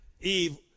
eve